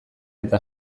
eta